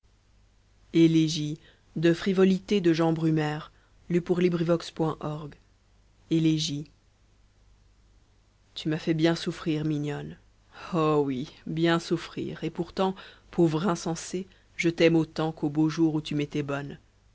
elegie tu m'as fait bien souffrir mignonne oh oui bien souffrir et pourtant pauvre insensé je t'aime autant qu'aux beaux jours où tu m'étais bonne